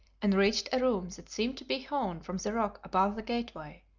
and reached a room that seemed to be hewn from the rock above the gateway,